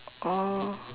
oh